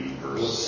verse